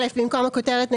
במקום הכותרת,